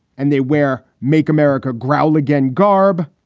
and they wear make america growl again garb.